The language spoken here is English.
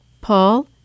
Paul